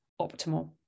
optimal